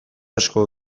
asko